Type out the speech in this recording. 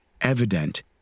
evident